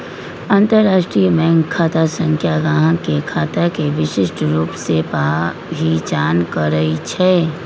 अंतरराष्ट्रीय बैंक खता संख्या गाहक के खता के विशिष्ट रूप से पहीचान करइ छै